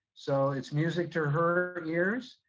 so it's music to her ears.